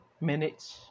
minutes